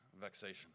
vexation